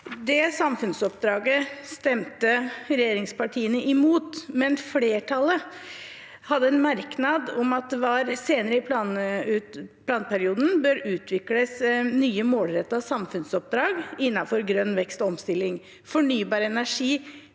Det samfunnsoppdraget stemte regjeringspartiene imot, men flertallet hadde en merknad om at det senere i planperioden bør utvikles nye, målrettede samfunnsoppdrag innenfor grønn vekst og omstilling. Fornybar energi